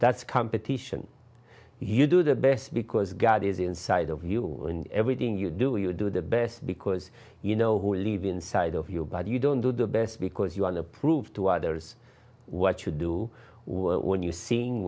that's competition you do the best because god is inside of you in everything you do you do the best because you know who leave inside of you but you don't do the best because you want to prove to others what you do when you